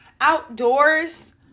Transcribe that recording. outdoors